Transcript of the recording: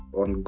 on